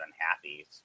unhappy